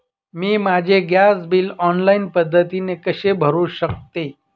मी माझे gas bill online पद्धतीने कसे भरु शकते?